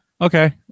Okay